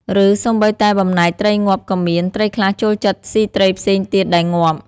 ឬសូម្បីតែបំណែកត្រីងាប់ក៏មាន ត្រីខ្លះចូលចិត្តស៊ីត្រីផ្សេងទៀតដែលងាប់។